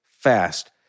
fast